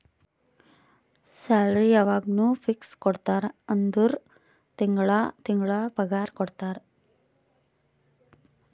salary ಯವಾಗ್ನೂ fix ಕೊಡ್ತಾರ ಅಂದುರ್ ತಿಂಗಳಾ ತಿಂಗಳಾ ಪಗಾರ ಕೊಡ್ತಾರ